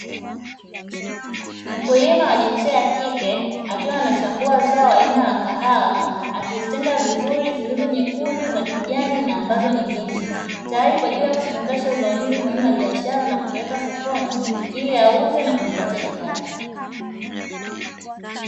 Mkulima wa jinsia ya kike akiwa anachambua zao aina la kahawa akizitenga vizuri zilizonyekundu, za kijani na ambazo ni mbichi tayari kwa ajili ya kufungasha zao hili muhimu la biashara na kupeleka sokoni ili auze na kujipatia kipato.